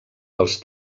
dels